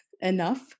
enough